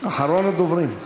אחרון הדוברים.